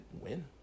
win